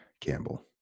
Campbell